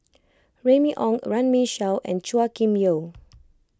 Remy Ong Runme Shaw and Chua Kim Yeow